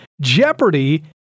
Jeopardy